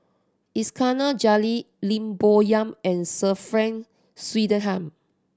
Iskandar Jalil Lim Bo Yam and Sir Frank Swettenham